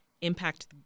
impact